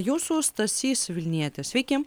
jūsų stasys vilnietis sveiki